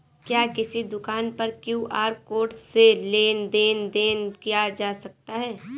क्या किसी दुकान पर क्यू.आर कोड से लेन देन देन किया जा सकता है?